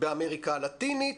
באמריקה הלטינית,